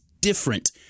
different